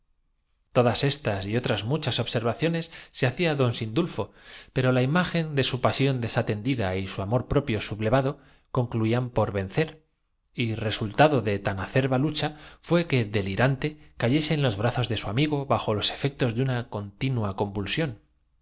todas estas y otras muchas observaciones se hacía quién yo pues como no sea para escaldarle don sindulfo pero la imagen de su pasión desatendi vivo que se aguarde á que encienda fuego da y su amor propio sublevado concluían por vencer vamos deja á un lado el enojo y recapacita que si él se muere nadie y resultado de tan acerba lucha fué que delirante ca podrá llevarnos á puerto de sal vación yese en los brazos de su amigo bajo los efectos de una continua convulsión